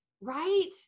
Right